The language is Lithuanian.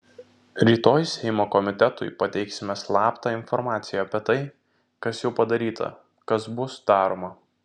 rytoj seimo komitetui pateiksime slaptą informaciją apie tai kas jau padaryta kas bus daroma